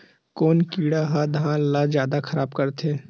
कोन कीड़ा ह धान ल जादा खराब करथे?